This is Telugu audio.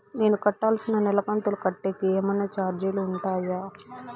నేను కట్టాల్సిన నెల కంతులు కట్టేకి ఏమన్నా చార్జీలు ఉంటాయా?